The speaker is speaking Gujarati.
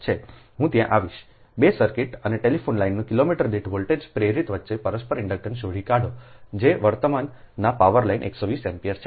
હું ત્યાં આવીશ 2 સર્કિટ અને ટેલિફોન લાઇનમાં કિલોમીટર દીઠ વોલ્ટેજ પ્રેરિત વચ્ચેની પરસ્પર ઇન્ડક્ટન્સ શોધી કાઢો જો વર્તમાનમાં પાવર લાઇન 120 એમ્પીયર છે